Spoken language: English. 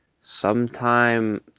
sometime